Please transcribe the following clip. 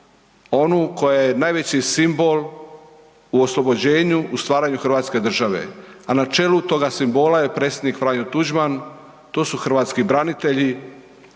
onu koja je najveći simbol u oslobođenju, u stvaranju hrvatske države, a na čelu toga simbola je predsjednik Franjo Tuđman, to su hrvatski branitelji,